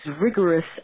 rigorous